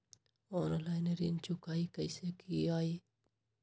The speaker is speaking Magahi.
ऑनलाइन ऋण चुकाई कईसे की ञाई?